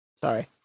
sorry